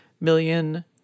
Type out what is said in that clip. million